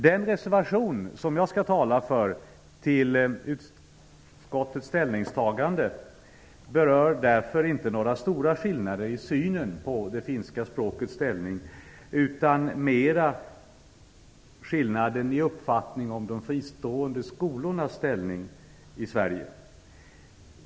Den reservation till utskottets ställningstagande som jag skall tala för berör därför inte några stora skillnader i synen på det finska språkets ställning, utan mer skillnaden i uppfattning om de fristående skolornas ställning i Sverige.